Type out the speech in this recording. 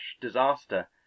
disaster